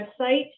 website